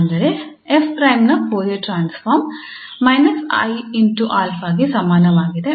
ಅಂದರೆ 𝑓′ ನ Fourier transform - 𝑖𝛼 ಗೆ ಸಮಾನವಾಗಿದೆ